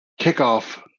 kickoff